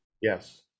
Yes